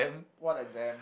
what exam